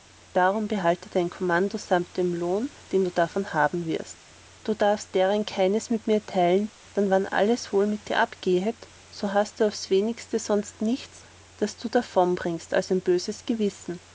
darum behalte dein kommando samt dem lohn den du davon haben wirst du darfst deren keines mit mir teilen dann wann alles wohl mit dir abgehet so hast du aufs wenigste sonst nichts das du davonbringest als ein böses gewissen